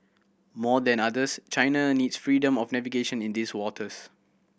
more than others China needs freedom of navigation in these waters